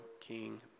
king